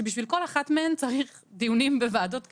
שבשביל כל אחת מהן צריך דיונים בוועדות כנסת,